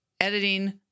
editing